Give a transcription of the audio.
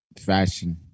fashion